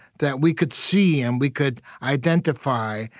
that we could see, and we could identify,